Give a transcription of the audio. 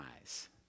eyes